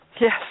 Yes